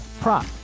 prop